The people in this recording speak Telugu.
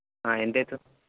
ఎంత అవుతుంది